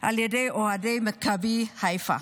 על ידי אוהדי מכבי חיפה.